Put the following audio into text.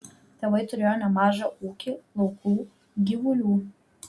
tėvai turėjo nemažą ūkį laukų gyvulių